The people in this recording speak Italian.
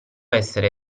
essere